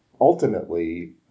Ultimately